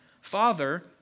Father